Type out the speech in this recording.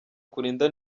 kurinda